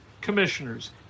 commissioners